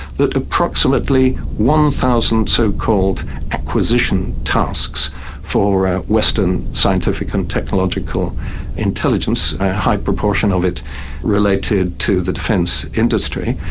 that approximately one thousand so-called acquisition tasks for western scientific and technological intelligence, a high proportion of it related to the defence industry,